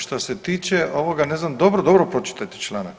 Što se tiče ovoga ne znam dobro, dobro pročitajte članak.